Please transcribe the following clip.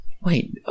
Wait